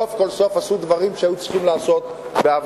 סוף כל סוף עשו דברים שהיו צריכים לעשות בעבר.